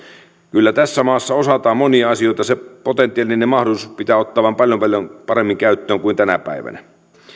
kyllä tässä maassa osataan monia asioita se potentiaalinen mahdollisuus pitää ottaa vain paljon paljon paremmin käyttöön kuin tänä päivänä